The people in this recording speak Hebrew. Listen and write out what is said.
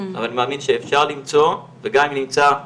אני מאמין שאפשר למצוא, וגם אם נמצא רק